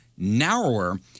narrower